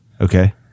Okay